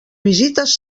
visites